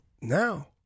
now